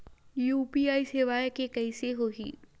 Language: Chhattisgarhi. यू.पी.आई सेवा के कइसे होही?